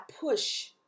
push